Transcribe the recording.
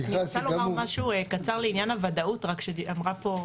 אני רוצה לומר משהו קצר על עניין הוודאות שאמרה פה,